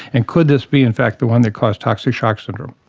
and could this be in fact the one that caused toxic shock syndrome.